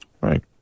Right